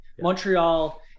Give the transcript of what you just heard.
Montreal